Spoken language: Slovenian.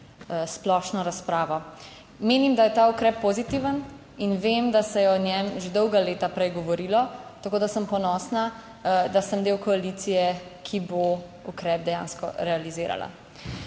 splošno razpravo. Menim, da je ta ukrep pozitiven in vem, da se je o njem že dolga leta prej govorilo, tako da sem ponosna, da sem del koalicije, ki bo ukrep dejansko realizirala.